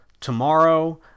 tomorrow